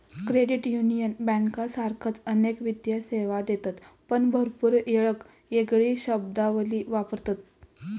credit union बँकांसारखाच अनेक वित्तीय सेवा देतत पण भरपूर येळेक येगळी शब्दावली वापरतत